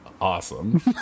awesome